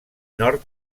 nord